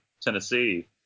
Tennessee